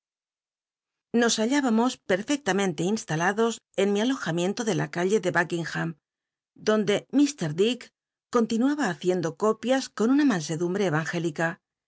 nos hall ibamos perfectamente instalados en mi alojamiento de la ca lit de bnckingham donde fr dick continlraba haciendo copias con una mansedumbre evangélica